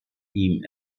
ihm